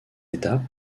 étape